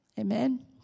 Amen